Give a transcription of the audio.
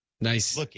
Nice